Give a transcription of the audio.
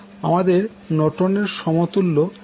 আমাদের নর্টনের সমতুল্য ইম্পিড্যান্স হল 5Ω